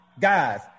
guys